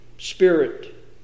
Spirit